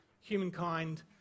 humankind